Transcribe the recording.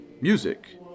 Music